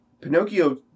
Pinocchio